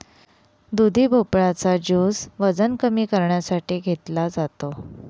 दुधी भोपळा चा ज्युस वजन कमी करण्यासाठी घेतला जातो